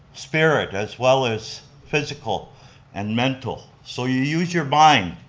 spirit as well as physical and mental, so you use your mind.